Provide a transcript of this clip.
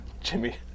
Jimmy